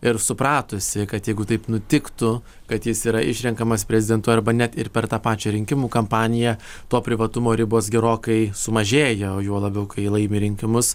ir supratusi kad jeigu taip nutiktų kad jis yra išrenkamas prezidentu arba net ir per tą pačią rinkimų kampaniją to privatumo ribos gerokai sumažėjo juo labiau kai laimi rinkimus